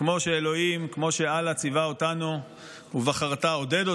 כמו שאלוהים, כמו שאללה ציווה אותנו, עודד אותנו,